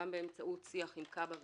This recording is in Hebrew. גם באמצעות שיח עם כב"ה ורט"ג,